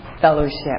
fellowship